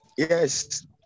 Yes